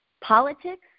politics